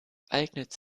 eignet